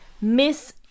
Miss